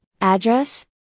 Address